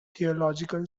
theological